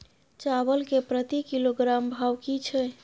चावल के प्रति किलोग्राम भाव की छै?